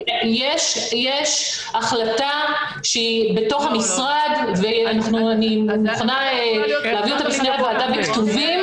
יש החלטה שהיא בתוך המשרד ואני מוכנה להביא אותה בפני הוועדה בכתובים,